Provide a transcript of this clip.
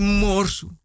morsu